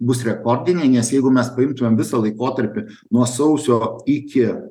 bus rekordiniai nes jeigu mes paimtumėm visą laikotarpį nuo sausio iki